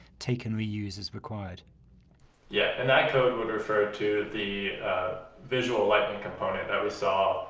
take and reuse as required yeah and that code would refer to the visual lightning component that we saw